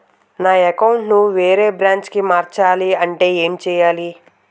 నా అకౌంట్ ను వేరే బ్రాంచ్ కి మార్చాలి అంటే ఎం చేయాలి?